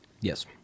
Yes